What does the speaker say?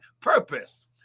purpose